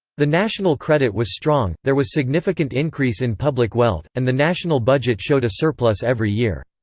the national credit was strong, there was significant increase in public wealth, and the national budget showed a surplus every year.